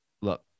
Look